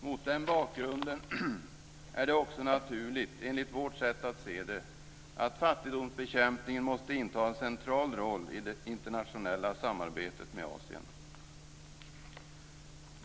Mot den bakgrunden är det också naturligt, enligt vårt sätt att se det, att fattigdomsbekämpningen måste inta en central roll i det internationella samarbetet med Asien.